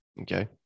okay